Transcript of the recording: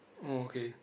oh okay